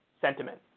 sentiment